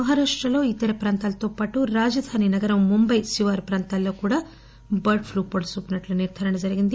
మహారాష్టలో ఇతర ప్రాంతాలతో పాటు రాజధాని నగరం ముంబైలో శివారు ప్రాంతాల్లో కూడా బర్డ్ ప్లూ పొడసూపినట్లు నిర్దారణ జరిగింది